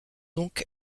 donc